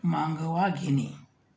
मांगवा घेणे